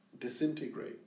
disintegrate